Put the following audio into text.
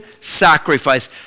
sacrifice